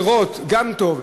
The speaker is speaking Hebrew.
זה גם טוב.